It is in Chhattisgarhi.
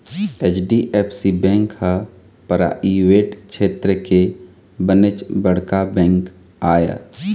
एच.डी.एफ.सी बेंक ह पराइवेट छेत्र के बनेच बड़का बेंक आय